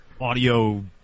audio